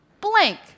blank